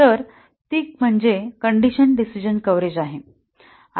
तर ती म्हणजे कंडिशन डिसिजणं कव्हरेज आहे